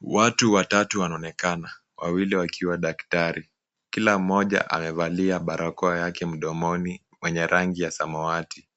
Watu watatu wanaonekana, wawili wakiwa daktari. Kila mmoja amevalia barakoa yake mdomoni yenye rangi ya samawati.